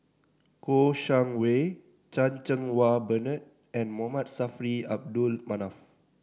Kouo Shang Wei Chan Cheng Wah Bernard and Momud Saffri Abdul Manaf